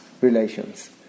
relations